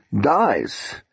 dies